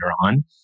on